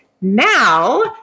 now